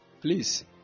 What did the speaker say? please